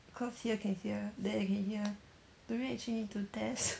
cause here can hear there can hear do we actually need to test